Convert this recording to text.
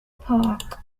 park